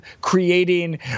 creating